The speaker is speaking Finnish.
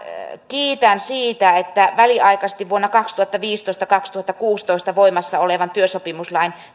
kiitän siitä että väliaikaisesti vuonna kaksituhattaviisitoista viiva kaksituhattakuusitoista voimassa oleva työsopimuslain